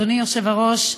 אדוני היושב-ראש,